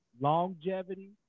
longevity